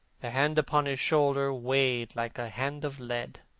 the hand upon his shoulder weighed like a hand of lead.